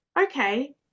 okay